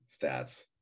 stats